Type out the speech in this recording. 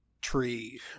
tree